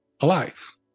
alive